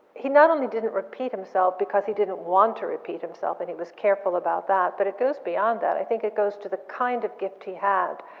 he not only didn't repeat himself because he didn't want to repeat himself and he was careful about that, but it goes beyond that. i think it goes to the kind of gift he had,